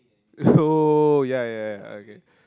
oh ya ya ya okay